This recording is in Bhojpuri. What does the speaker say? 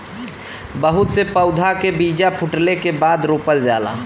बहुत से पउधा के बीजा फूटले के बादे रोपल जाला